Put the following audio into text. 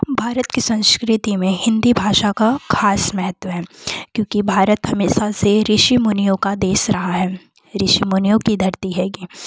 भारत की संस्कृति में हिंदी भाषा का खास महत्व है क्योंकि भारत हमेशा से ऋषि मुनियों का देश रहा है ऋषि मुनियों की धरती है यह